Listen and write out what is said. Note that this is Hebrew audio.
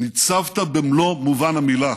ניצבת במלוא מובן המילה: